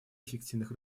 эффективных